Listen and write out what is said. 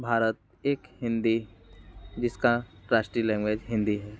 भारत एक हिंदी जिसका राष्ट्रीय लैंग्वेज हिंदी है